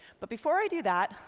but before i do that,